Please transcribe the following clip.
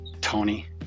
Tony